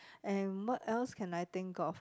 and what else can I think of